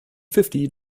fifty